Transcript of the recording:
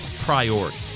priority